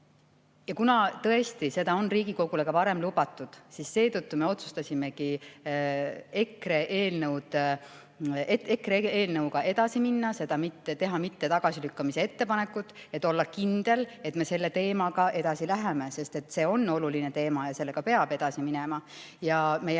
Kuna tõesti seda on Riigikogule ka varem lubatud, siis seetõttu me otsustasimegi EKRE eelnõuga edasi minna, mitte teha tagasilükkamise ettepanekut, et olla kindel, et me selle teemaga edasi läheme, sest see on oluline teema ja sellega peab edasi minema.